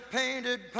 painted